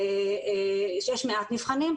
יש מעט מבחנים,